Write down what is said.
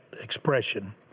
expression